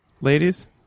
Ladies